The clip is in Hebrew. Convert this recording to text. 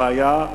הבעיה,